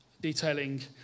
detailing